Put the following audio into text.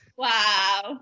Wow